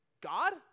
God